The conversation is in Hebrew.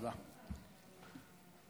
טוב,